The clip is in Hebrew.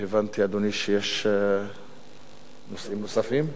והבנתי, אדוני, שיש נושאים נוספים.